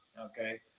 okay